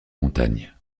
montagnes